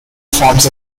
forms